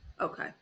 Okay